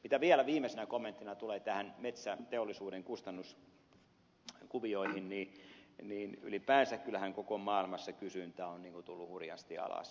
mitä vielä viimeisenä kommenttina tulee metsäteollisuuden kustannuskuvioihin niin ylipäänsä kyllähän koko maailmassa metsäteollisuustuotteitten kysyntä on tullut hurjasti alas